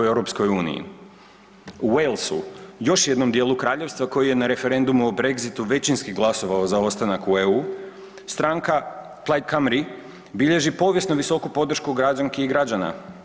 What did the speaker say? U Walesu, još jednom dijelu kraljevstva koje je na referendumu o Brexitu većinski glasovao za ostanak u EU, stranka Plaid Cymru bilježi povijesno visoku podršku građanki i građana.